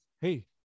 hey